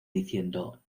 diciendo